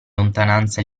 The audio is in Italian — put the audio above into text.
lontananza